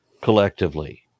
collectively